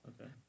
Okay